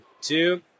two